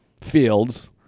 fields